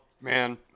Man